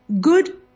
good